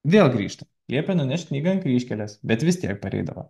vėl grįžta liepė nunešti knygą ant kryžkelės bet vis tiek pareidavo